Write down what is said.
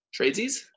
Tradesies